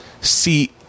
See